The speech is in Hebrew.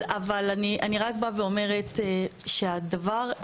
אבל אני רק באה ואומרת שהדבר,